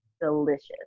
delicious